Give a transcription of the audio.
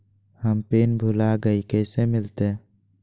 हम पिन भूला गई, कैसे मिलते?